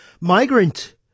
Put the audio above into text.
migrant